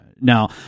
Now